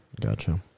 Gotcha